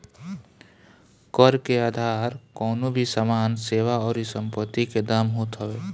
कर के आधार कवनो भी सामान, सेवा अउरी संपत्ति के दाम होत हवे